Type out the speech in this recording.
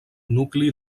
nucli